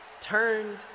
turned